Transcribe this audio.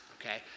okay